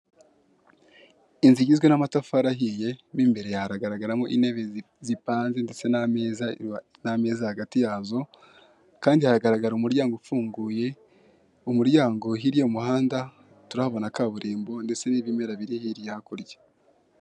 Inzu igizwe n'amatafari ahiye mo imbere haragaramo intebe zipanze ndetse n'ameza n'ameza hagati yazo, kandi hagaragara umuryango ufunguye, umuryango hirya y'umuhanda, turahabona kaburimbo ndetse n'ibimera biri hakurya.